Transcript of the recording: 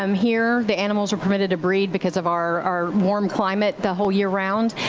um here the animals are permitted to breed because of our warm climate the whole year round.